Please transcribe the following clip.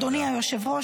אדוני היושב-ראש,